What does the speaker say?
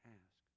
ask